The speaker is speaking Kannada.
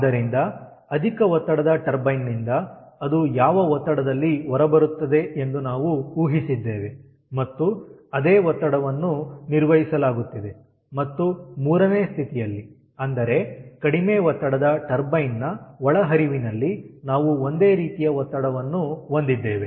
ಆದ್ದರಿಂದ ಅಧಿಕ ಒತ್ತಡದ ಟರ್ಬೈನ್ ನಿಂದ ಅದು ಯಾವ ಒತ್ತಡದಲ್ಲಿ ಹೊರಬರುತ್ತದೆ ಎಂದು ನಾವು ಊಹಿಸಿದ್ದೇವೆ ಮತ್ತು ಅದೇ ಒತ್ತಡವನ್ನು ನಿರ್ವಹಿಸಲಾಗುತ್ತಿದೆ ಮತ್ತು 3ನೇ ಸ್ಥಿತಿಯಲ್ಲಿ ಅಂದರೆ ಕಡಿಮೆ ಒತ್ತಡದ ಟರ್ಬೈನ್ ನ ಒಳಹರಿವಿನಲ್ಲಿ ನಾವು ಒಂದೇ ರೀತಿಯ ಒತ್ತಡವನ್ನು ಹೊಂದಿದ್ದೇವೆ